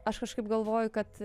aš kažkaip galvoju kad